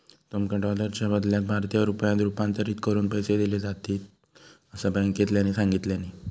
तुमका डॉलरच्या बदल्यात भारतीय रुपयांत रूपांतरीत करून पैसे दिले जातील, असा बँकेवाल्यानी सांगितल्यानी